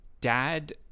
dad